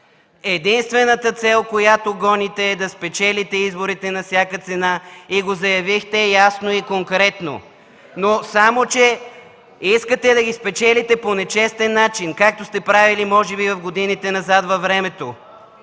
Единствената цел, която гоните, е да спечелите изборите на всяка цена, и го заявихте ясно и конкретно! Само че искате да ги спечелите по нечестен начин, както сте правили може би в годините назад – чрез